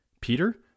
Peter